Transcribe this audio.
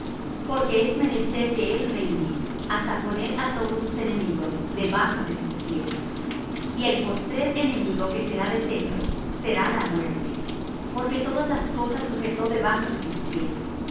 porque es menester que él reine hasta poner á todos sus enemigos debajo de sus pies y el postrer enemigo que será deshecho será la muerte porque todas las cosas sujetó debajo de sus pies